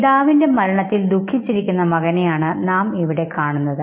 പിതാവിൻറെ മരണത്തിൽ ദുഃഖിച്ചിരിക്കുന്ന മകനെയാണ് നാമിവിടെ കാണുന്നത്